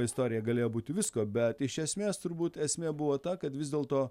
istorija galėjo būti visko bet iš esmės turbūt esmė buvo ta kad vis dėlto